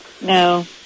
No